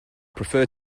prefer